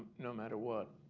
no matter what.